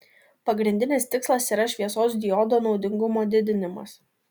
pagrindinis tikslas yra šviesos diodo naudingumo didinimas